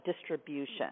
distribution